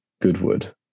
Goodwood